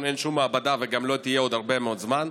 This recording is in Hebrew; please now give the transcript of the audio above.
אין שום מעבדה וגם לא תהיה עוד הרבה מאוד זמן.